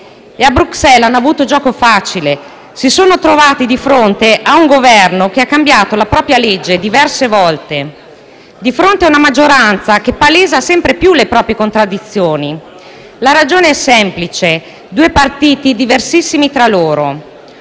A Bruxelles hanno avuto gioco facile. Si sono trovati di fronte a un Governo che ha cambiato il disegno di legge diverse volte e a una maggioranza che palesa sempre più le proprie contraddizioni. La ragione è semplice: ci sono due partiti diversissimi tra loro.